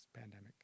pandemic